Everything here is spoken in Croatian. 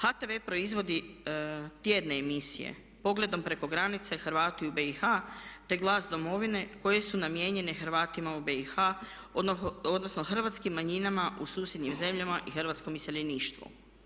HTV proizvodi tjedne emisije "Pogledom preko granice", "Hrvati u BiH", te "Glas Domovine" koje su namijenjene Hrvatima u BiH, odnosno hrvatskim manjinama u susjednim zemljama i hrvatskom iseljeništvu.